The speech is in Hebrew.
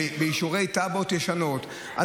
הנושא של גדרות בתחנות של רכבת ישראל,